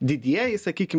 didieji sakykim